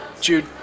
Jude